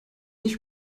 nicht